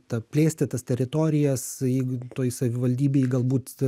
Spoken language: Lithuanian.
ta plėsti tas teritorijas jeigu toj savivaldybėj galbūt